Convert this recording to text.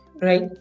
Right